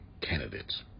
candidates